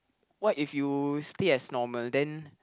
what if you stay as normal then